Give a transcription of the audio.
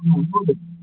ಹ್ಞೂ